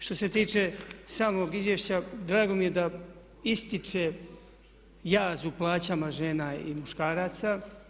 Što se tiče samog izvješća drago mi je da ističe jaz u plaćama žena i muškaraca.